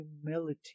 humility